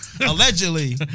Allegedly